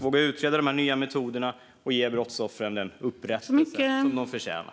Våga utreda de nya metoderna, och ge brottsoffren den upprättelse de förtjänar.